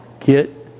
get